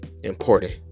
important